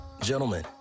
Gentlemen